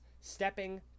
stepping